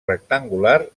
rectangular